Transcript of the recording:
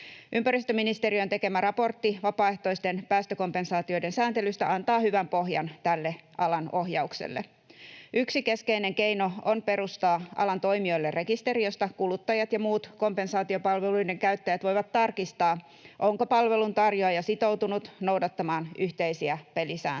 Ympäristöministeriön tekemä raportti vapaaehtoisten päästökompensaatioiden sääntelystä antaa hyvän pohjan tälle alan ohjaukselle. Yksi keskeinen keino on perustaa alan toimijoille rekisteri, josta kuluttajat ja muut kompensaatiopalveluiden käyttäjät voivat tarkistaa, onko palveluntarjoaja sitoutunut noudattamaan yhteisiä pelisääntöjä.